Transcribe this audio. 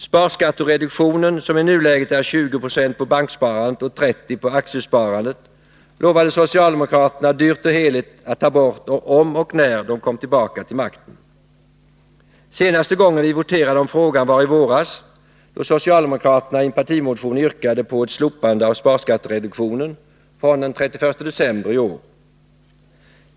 Sparskattereduktionen, som i nuläget är 20 96 på banksparandet och 30 Zo på aktiesparandet, lovade socialdemokraterna dyrt och heligt att ta bort, om och när de kom tillbaka till makten. Senaste gången vi voterade om frågan vari våras, då socialdemokraterna i en partimotion yrkade på ett slopande av sparskattereduktionen fr.o.m. den 31 december i år.